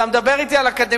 אתה מדבר אתי על אקדמיזציה,